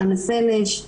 חנה סנש,